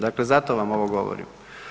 Dakle, zato vam ovo govorim.